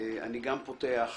אני גם פותח